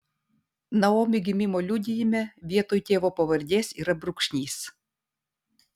naomi gimimo liudijime vietoj tėvo pavardės yra brūkšnys